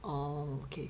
orh okay